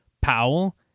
Powell